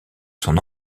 son